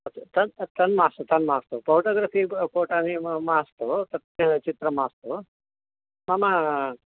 तद् तन् मास्तु तन् मास्तु फ़ोटोग्रफ़ि फ़ोटोनि म् मास्तु तस्य चित्रं मास्तु मम